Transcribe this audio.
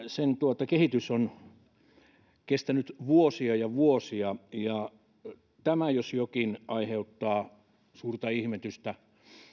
sen kehitys on kestänyt vuosia ja vuosia ja tämä jos jokin aiheuttaa suurta ihmetystä